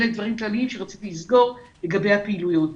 אלה דברים כלליים שרציתי לומר לגבי הפעילויות.